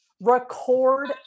record